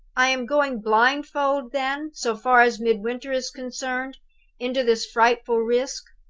i am going blindfold, then so far as midwinter is concerned into this frightful risk?